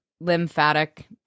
lymphatic